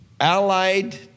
allied